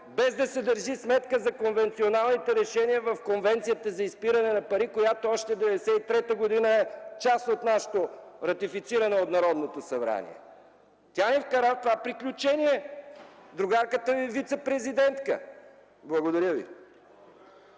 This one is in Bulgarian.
без да се държи сметка за конвенционалните решения в Конвенцията за изпиране на пари, част от която още през 1993 г. е ратифицирана от Народното събрание. Тя ни вкара в това приключение – другарката Ви вицепрезидентка. Благодаря.